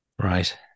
right